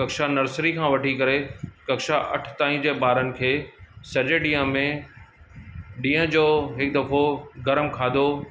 कक्षा नर्सरी खां वठी करे कक्षा अठ ताईं जे ॿारनि खे सजे ॾींहं में ॾींहं जो हिकु दफ़ो गरम खाधो